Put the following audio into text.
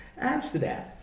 Amsterdam